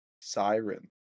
siren